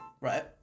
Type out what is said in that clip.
Right